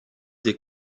des